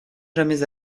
jamais